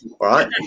right